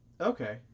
Okay